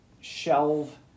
shelve